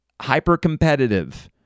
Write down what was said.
hyper-competitive